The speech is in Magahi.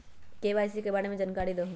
के.वाई.सी के बारे में जानकारी दहु?